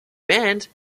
band